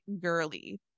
girly